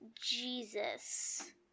Jesus